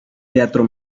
teatro